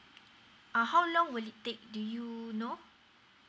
uh how long will it take do you know